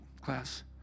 class